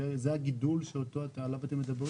זה הגידול שעליו אתם מדברים?